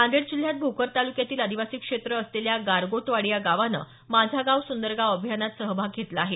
नांदेड जिल्ह्यात भोकर तालुक्यातील आदिवासी क्षेत्र असलेल्या गारगोटवाडी या गावाने माझा गाव सुंदर गाव अभियानात सहभाग घेतला आहे